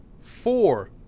four